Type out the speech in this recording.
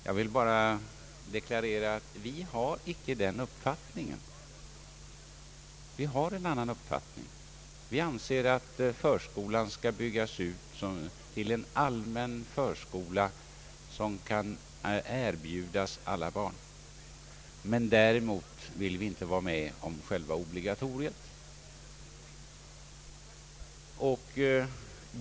Jag vill bara deklarera att vi har en annan uppfattning. Vi anser att förskolan skall byggas ut till en allmän förskola, som kan erbjudas alla barn. Däremot vill vi inte vara med om att göra den obligatorisk.